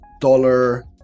dollar